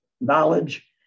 knowledge